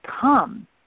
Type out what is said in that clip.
come